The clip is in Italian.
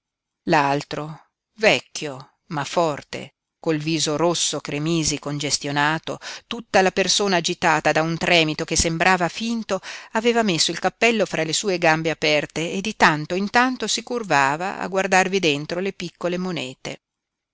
l'altro vecchio ma forte col viso rosso cremisi congestionato tutta la persona agitata da un tremito che sembrava finto aveva messo il cappello fra le sue gambe aperte e di tanto in tanto si curvava a guardarvi dentro le piccole monete